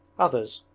others,